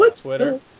Twitter